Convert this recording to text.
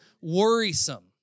worrisome